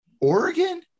Oregon